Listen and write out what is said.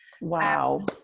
Wow